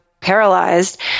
paralyzed